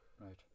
right